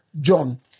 John